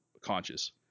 conscious